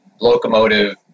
locomotive